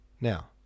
Now